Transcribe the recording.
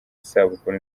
isabukuru